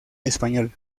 español